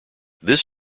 this